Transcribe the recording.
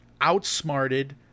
outsmarted